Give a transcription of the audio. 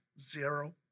zero